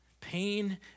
Pain